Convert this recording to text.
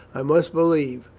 i must believe,